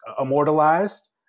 immortalized